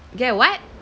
get what